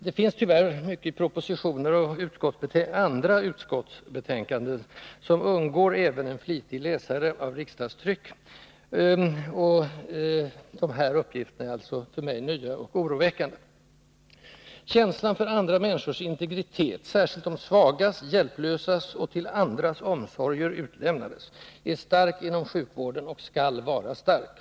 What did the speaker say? Det finns tyvärr mycket i propositioner och betänkanden från andra utskott än dem man själv arbetar i som undgår även flitiga läsare av riksdagstryck. De här uppgifterna är alltså för mig nya och oroväckande. Känslan för andra människors integritet, särskilt de svagas, hjälplösas och till andras omsorger utlämnades, är stark inom sjukvården och skall vara stark.